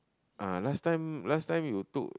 ah last time last time you took